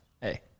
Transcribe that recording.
Hey